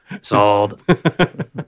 Sold